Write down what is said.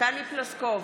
טלי פלוסקוב,